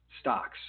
stocks